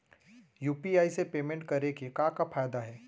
UPI से payment करे के का का फायदा हे?